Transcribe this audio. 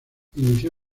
inició